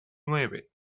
nueve